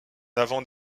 avant